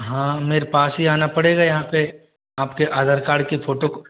हाँ मेरे पास ही आना पड़ेगा यहाँ पे आपके आधार कार्ड की फोटो को